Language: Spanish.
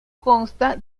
consta